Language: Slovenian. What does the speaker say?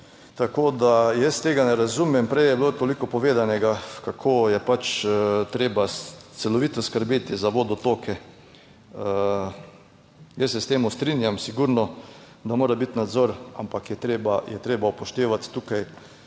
Tako da, jaz tega ne razumem. Prej je bilo toliko povedanega kako je pač treba celovito skrbeti za vodotoke. Jaz se s tem strinjam. Sigurno, da mora biti nadzor, ampak je, treba je treba upoštevati tukaj